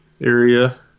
area